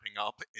up